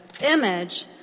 image